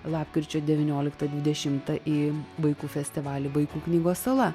lapkričio devynioliktą dvidešimtą į vaikų festivalį vaikų knygos sala